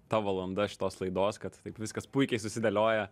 ta valanda šitos laidos kad taip viskas puikiai susidėlioja